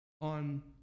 on